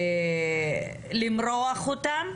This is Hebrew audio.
נשמע למרוח אותם.